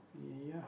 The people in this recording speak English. yeah